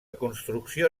construcció